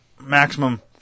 maximum